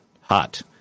hot